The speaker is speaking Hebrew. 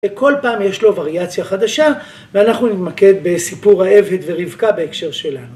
וכל פעם יש לו וריאציה חדשה ואנחנו נתמקד בסיפור העבד ורבקה בהקשר שלנו.